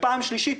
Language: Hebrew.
פעם שלישית,